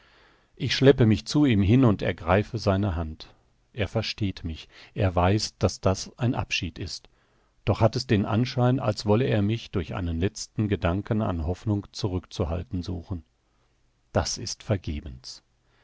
ich schleppe mich zu ihm hin und ergreife seine hand er versteht mich er weiß daß das ein abschied ist doch es hat den anschein als wolle er mich durch einen letzten gedanken an hoffnung zurückzuhalten suchen das ist vergebens